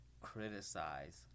criticize